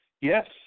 yes